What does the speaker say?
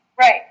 Right